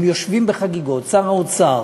הם יושבים בחגיגות, שר האוצר